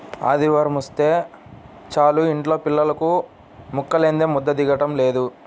ఆదివారమొస్తే చాలు యింట్లో పిల్లలకు ముక్కలేందే ముద్ద దిగటం లేదు